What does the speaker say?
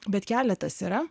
bet keletas yra